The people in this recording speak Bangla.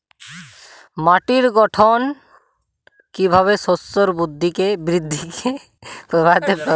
মাটির গঠন কীভাবে শস্যের বৃদ্ধিকে প্রভাবিত করে?